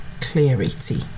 clarity